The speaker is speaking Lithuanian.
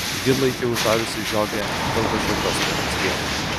ji laikė uždariusi žiogę dėl kažkokios priežasties